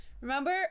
remember